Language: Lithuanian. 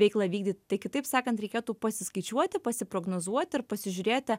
veiklą vykdyt tai kitaip sakant reikėtų pasiskaičiuoti pasiprognozuoti ir pasižiūrėti